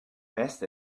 best